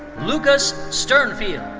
lucas sturmfield.